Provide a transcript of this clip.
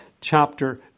chapter